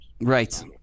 Right